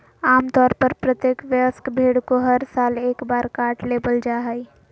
आम तौर पर प्रत्येक वयस्क भेड़ को हर साल एक बार काट लेबल जा हइ